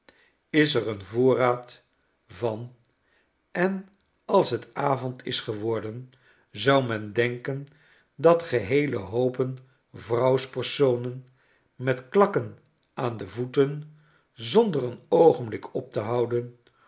is er een voorraad van en als het avond is geworden zou men denken dat geheele hoopen vrouwspersonen met klakken aan de voeten zonder een oogenblik op te houden